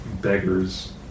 beggars